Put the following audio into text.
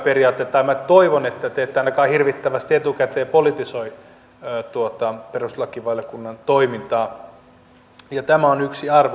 tai minä toivon että te ette ainakaan hirvittävästi etukäteen politisoi perustuslakivaliokunnan toimintaa ja tämä on yksi arvo